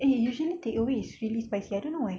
eh usually takeaways really spicy I don't know why